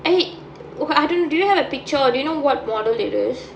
I w~ I don't do you have a picture or do you know what model it is